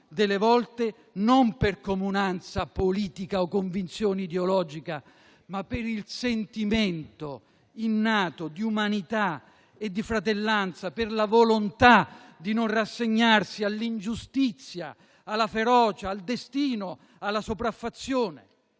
delle volte non per comunanza politica o convinzione ideologica, ma per il sentimento innato di umanità e di fratellanza, per la volontà di non rassegnarsi all'ingiustizia, alla ferocia, al destino e alla sopraffazione.